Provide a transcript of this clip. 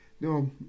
no